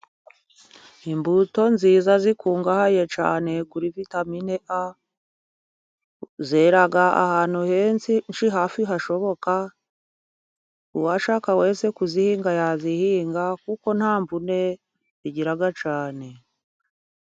Imbuto nziza zikungahaye cyane kuri vitamine A. Zera ahantu henshi hafi hashoboka. Uwashaka wese kuzihinga yazihinga, kuko nta mvune zigira cyane.